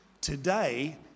Today